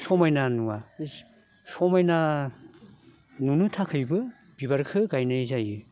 समायना नुआ समायना नुनो थाखायबो बिबारखो गायनाय जायो